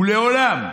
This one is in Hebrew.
ולעולם,